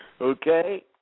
Okay